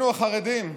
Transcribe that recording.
אחינו החרדים,